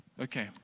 Okay